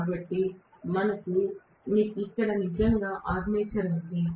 కాబట్టి మనకు ఇక్కడ నిజంగా ఆర్మేచర్ ఉంది